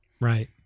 right